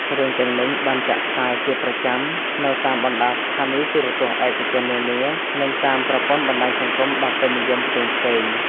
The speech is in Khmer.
រឿងទាំងនេះបានចាក់ផ្សាយជាប្រចាំនៅតាមបណ្តាស្ថានីយទូរទស្សន៍ឯកជននានា និងតាមប្រព័ន្ធបណ្តាញសង្គមដ៏ពេញនិយមផ្សេងៗ។